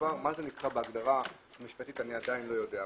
מה המשמעות של זה בהגדרה המשפטית אני לא יודע.